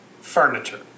furniture